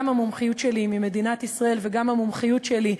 גם המומחיות שלי ממדינת ישראל וגם המומחיות שלי,